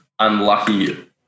Unlucky